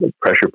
pressure